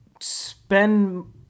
spend